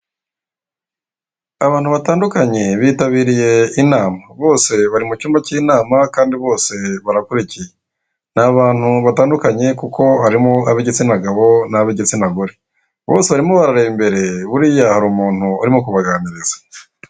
Abantu batandukanye bitabiriye inama. Bose bari mu cyumba k'inama kandi bose barakurikiye, ni abantu batandukanye kuko harimo ab'igitsina gabo n'ab'igitsina gore, bose barimo barareba imbere buriya hari umuntu urimo kubaganiraiza.